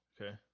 Okay